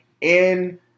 in-